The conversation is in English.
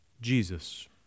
Jesus